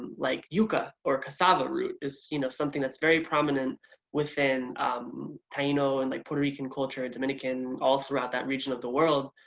like yucca or cassava root is you know something that's very prominent within taino, and like puerto rican culture, dominican, all throughout that region of the world.